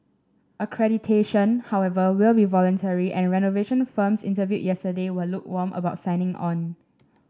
accreditation however will be voluntary and renovation firms interviewed yesterday were lukewarm about signing on